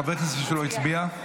חבר הכנסת שלא הצביע?